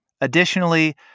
Additionally